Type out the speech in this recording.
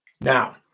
Now